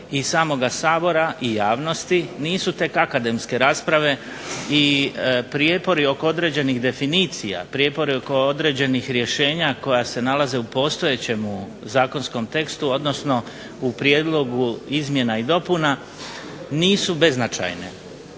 iz samog Sabor ai javnosti nisu tek akademske rasprave i prijepori oko određenih definicija, prijepori oko određenih rješenja koja se nalaze u postojećem zakonskom tekstu odnosno Prijedlogu izmjena i dopuna nisu beznačajne